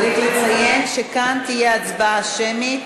צריך לציין שתהיה כאן הצבעה שמית.